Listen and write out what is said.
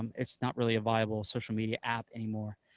um it's not really a viable social media app anymore.